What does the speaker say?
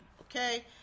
okay